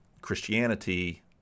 Christianity